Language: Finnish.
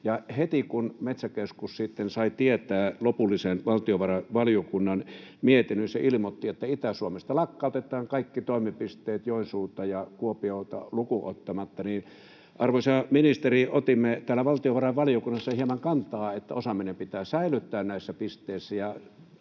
heti, kun Metsäkeskus sitten sai tietää lopullisen valtiovarainvaliokunnan mietinnön, se ilmoitti, että Itä-Suomesta lakkautetaan kaikki toimipisteet Joensuuta ja Kuopiota lukuun ottamatta. Arvoisa ministeri, otimme täällä valtiovarainvaliokunnassa hieman kantaa, että osaaminen pitää säilyttää näissä pisteissä.